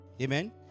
Amen